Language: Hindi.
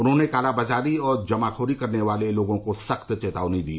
उन्होंने कालाबाजारी और जमाखोरी करने वाले लोगों को सख्त चेतावनी दी